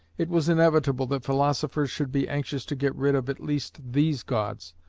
it was inevitable that philosophers should be anxious to get rid of at least these gods,